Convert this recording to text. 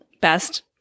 best